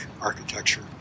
architecture